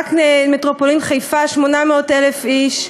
רק מטרופולין חיפה זה 800,000 איש.